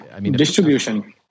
Distribution